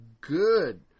good